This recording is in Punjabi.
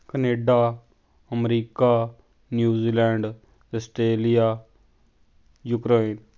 Canada America New Zealand Australia ਯੂਕਰਾਵੇ